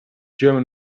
german